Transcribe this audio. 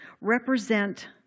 represent